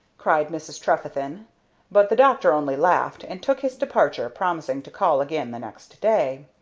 cried mrs. trefethen but the doctor only laughed, and took his departure, promising to call again the next day.